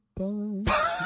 Bye